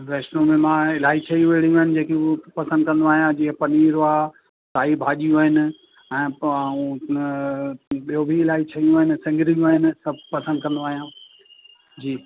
वैष्नों में मां इलाही शयूं अहिड़ियूं आहिनि जेकियूं पसंदि कंदो आहियां जीअं पनीर आहे साई भाॼियूं आहिनि ऐं ॿियो बि इलाही शयूं आहिनि सिंगरियूं आहिनि सभु पसंदि कंदो आहियां जी